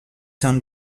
sont